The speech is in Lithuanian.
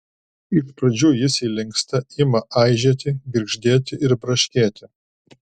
iš pradžių jis įlinksta ima aižėti girgždėti ir braškėti